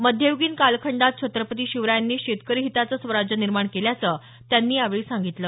मध्यय्गीन कालखंडात छत्रपती शिवरायांनी शेतकरी हिताचं स्वराज्य निर्माण केल्याचं त्यांनी यावेळी सांगितलं